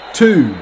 two